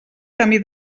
camí